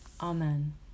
amen